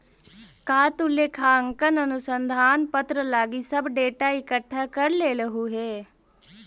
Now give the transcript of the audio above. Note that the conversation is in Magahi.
का तु लेखांकन अनुसंधान पत्र लागी सब डेटा इकठ्ठा कर लेलहुं हे?